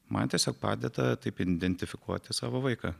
man tiesiog padeda taip identifikuoti savo vaiką